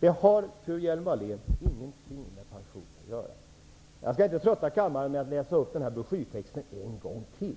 Det här har, fru Hjelm-Wallén, ingenting med pensioner att göra. Jag skall inte trötta kammaren med att läsa upp den här broschyrtexten en gång till.